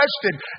question